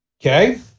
Okay